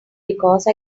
because